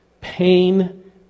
pain